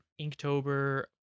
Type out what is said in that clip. Inktober